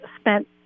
spent